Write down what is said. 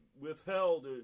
withheld